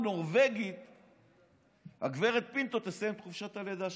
הנורבגית גב' פינטו תסיים את חופשת הלידה שלה.